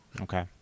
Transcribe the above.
Okay